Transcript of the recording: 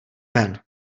ven